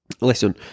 listen